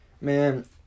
Man